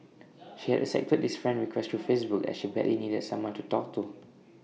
she had accepted this friend request through Facebook as she badly needed someone to talk to